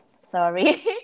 sorry